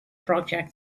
project